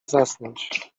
zasnąć